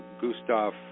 Gustav